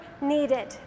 needed